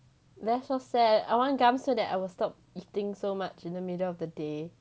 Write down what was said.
that's so sad I want gum so that I will stop eating so much in the middle of the day yeah